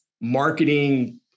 marketing